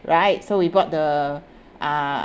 right so we bought the uh